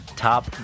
Top